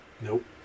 Nope